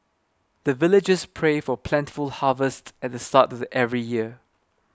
the villagers pray for plentiful harvest at the start of every year